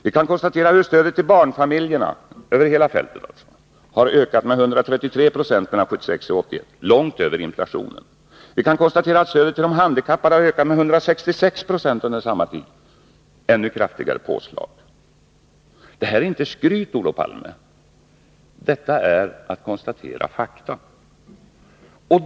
Vi kan konstatera hur stödet till barnfamiljerna över hela fältet har ökat med 133 96 sedan 1976, långt över inflationen. Vi kan vidare konstatera att stödet till de handikap pade har fått ett ännu kraftigare påslag, 166 76 under samma tid. Det här är inte skryt, Olof Palme. Det är ett konstaterande av fakta.